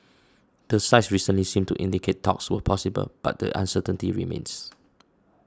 the sides recently seemed to indicate talks were possible but the uncertainty remains